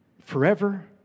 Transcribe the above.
forever